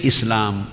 Islam